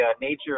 nature